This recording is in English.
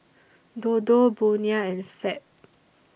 Dodo Bonia and Fab